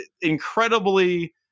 incredibly